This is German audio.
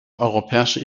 europäischer